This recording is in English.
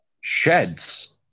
Sheds